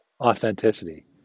Authenticity